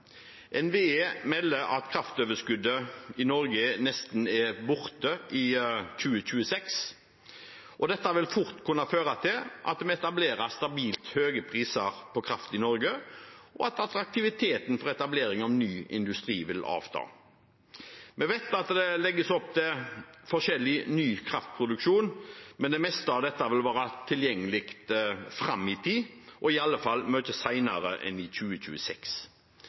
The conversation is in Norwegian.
NVE melder at kraftoverskuddet i Norge vil være nesten borte i 2026. Dette vil fort kunne føre til at vi etablerer stabilt høye priser på kraft i Norge, og at attraktiviteten for etablering av ny industri vil avta. Vi vet at det legges opp til forskjellig ny kraftproduksjon, det meste av dette vil være tilgjengelig fram i tid, og i alle fall mye senere enn i 2026.